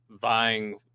vying